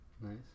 Nice